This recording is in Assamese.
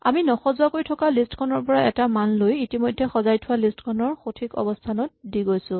আমি নসজোৱাকৈ থোৱা লিষ্ট খনৰ পৰা এটা মান লৈ ইতিমধ্যে সজাই থোৱা লিষ্ট খনৰ সঠিক অৱস্হানত দি গৈছো